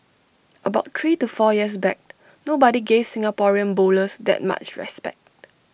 about three to four years back nobody gave Singaporean bowlers that much respect